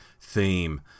theme